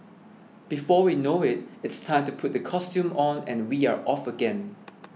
before we know it it's time to put the costume on and we are off again